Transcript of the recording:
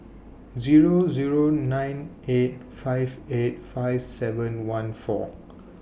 Zero Zero nine eight five eight five seven one four